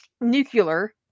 nuclear